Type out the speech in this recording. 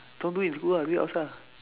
don't do it in school ah do it outside ah